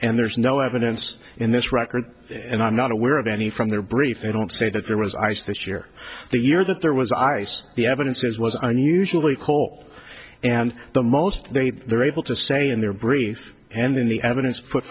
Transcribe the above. and there's no evidence in this record and i'm not aware of any from their brief they don't say that there was ice this year the year that there was ice the evidence is was unusually cold and the most they were able to say in their brief and in the evidence